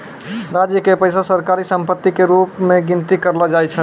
राज्य के पैसा सरकारी सम्पत्ति के रूप मे गनती करलो जाय छै